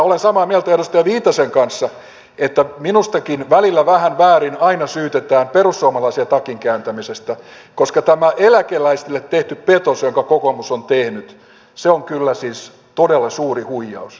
olen samaa mieltä edustaja viitasen kanssa että minustakin välillä vähän väärin aina syytetään perussuomalaisia takinkääntämisestä koska tämä eläkeläisille tehty petos jonka kokoomus on tehnyt on kyllä todella suuri huijaus